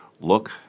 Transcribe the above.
look